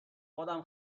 خودم